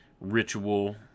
ritual